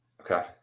Okay